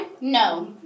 No